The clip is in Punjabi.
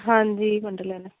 ਹਾਂਜੀ ਵੰਡਰਲੈਂਡ